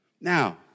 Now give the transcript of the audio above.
Now